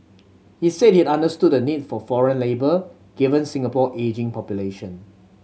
he said he understood the need for foreign labour given Singapore ageing population